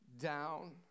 down